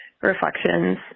Reflections